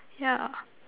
yeah